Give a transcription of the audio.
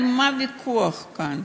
על מה הוויכוח כאן?